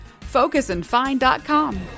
Focusandfind.com